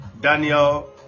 Daniel